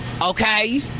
Okay